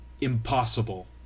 impossible